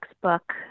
book